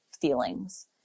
feelings